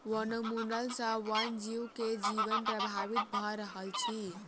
वनोन्मूलन सॅ वन जीव के जीवन प्रभावित भ रहल अछि